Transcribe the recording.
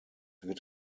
wird